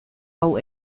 hau